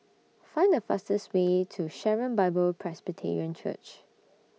Find The fastest Way to Sharon Bible Presbyterian Church